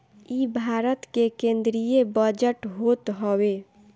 इ भारत के केंद्रीय बजट होत हवे